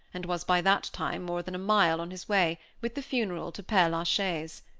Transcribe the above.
and was by that time more than a mile on his way, with the funeral, to pere la chaise.